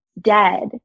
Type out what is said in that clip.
dead